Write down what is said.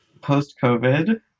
Post-COVID